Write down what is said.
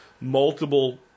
multiple